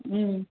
ம்